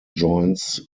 joins